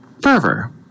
fervor